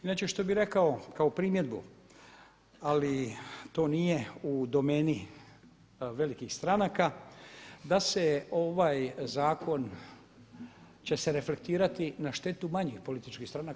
Inače što bih rekao kao primjedbu, ali to nije u domeni velikih stranaka da se ovaj zakon će se reflektirati na štetu manjih političkih stranaka.